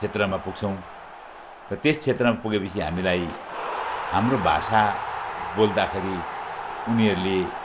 क्षेत्रमा पुग्छौँ र त्यस क्षेत्रमा पुगेपछि हामीलाई हाम्रो भाषा बोल्दाखेरि उनीहरूले